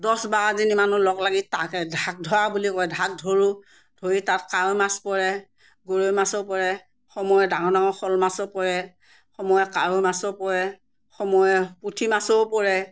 দহ বাৰজনী মানুহ লগ লাগি তাকে ধাক ধৰা বুলি কয় ধাক ধৰোঁ ধৰি তাক কাৱৈ মাছ পৰে গৰৈ মাছো পৰে সময়ত ডাঙৰ ডাঙৰ শ'ল মাছো পৰে সময়ত কাৱৈ মাছো পৰে সময়ত পুঠি মাছো পৰে